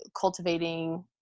cultivating